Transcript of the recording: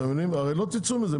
אתם יודעים, הרי לא תצאו מזה.